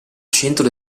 centro